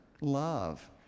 love